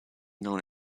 known